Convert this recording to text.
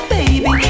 Baby